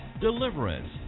Deliverance